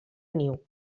niu